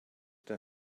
der